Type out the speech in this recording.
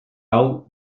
hau